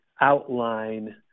outline